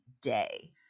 day